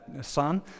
son